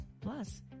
Plus